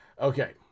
okay